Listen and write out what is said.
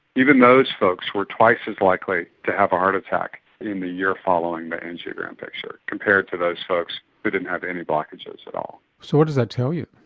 even those folks were twice as likely to have a heart attack in the year following the angiogram picture compared to those folks who but didn't have any blockages at all. so what does that tell you?